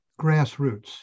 grassroots